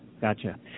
Gotcha